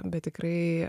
bet tikrai